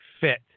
Fit